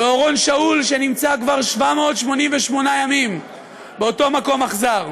ואורון שאול שנמצא כבר 788 ימים באותו מקום אכזר.